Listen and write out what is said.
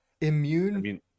immune